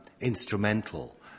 instrumental